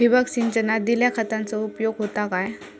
ठिबक सिंचनान दिल्या खतांचो उपयोग होता काय?